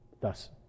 thus